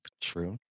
True